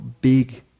big